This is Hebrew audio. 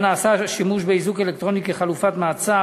שבה נעשה שימוש באיזוק אלקטרוני כחלופת מעצר,